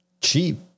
cheap